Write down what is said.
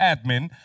Admin